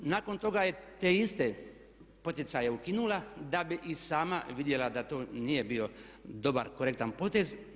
Nakon toga je te iste poticaje ukinula da bi i sama vidjela da to nije bio dobar korektan potez.